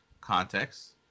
Context